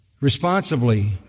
responsibly